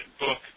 book